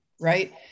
right